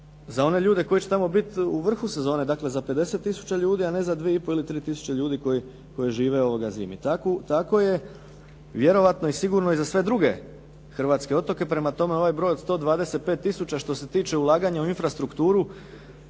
za one ljude koji će tamo biti u vrhu sezone. Dakle, za 50000 ljudi, a ne za dvije i pol ili tri tisuće ljudi koji žive zimi. Tako je vjerojatno i sigurno i za sve druge hrvatske otoke. Prema tome, ovaj broj od 125000 što se tiče ulaganja u infrastrukturu